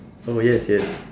oh yes yes